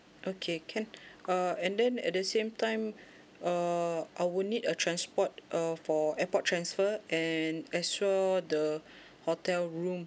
okay can uh and then at the same time err I would need a transport uh for airport transfer and as sure the hotel room